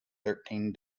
thirteen